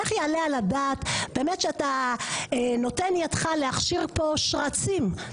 איך יעלה על הדעת שאתה נותן ידך להכשיר פה שרצים.